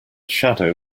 shadow